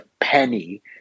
penny